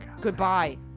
Goodbye